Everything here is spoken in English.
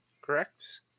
correct